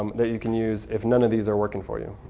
um that you can use if none of these are working for you.